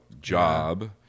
job